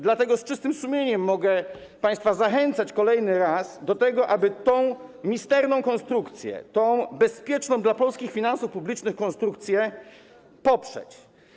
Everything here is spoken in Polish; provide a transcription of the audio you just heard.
Dlatego z czystym sumieniem mogę państwa zachęcać kolejny raz do tego, aby tę misterną konstrukcję, tę bezpieczną dla polskich finansów publicznych konstrukcję poprzeć.